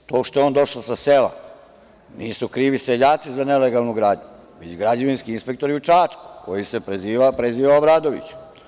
To što je on došao sa sela, nisu krivi seljaci za nelegalnu gradnju, već građevinski inspektor u Čačku koji se preziva Obradović.